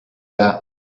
that